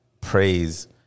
praise